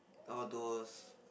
all those